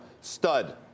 stud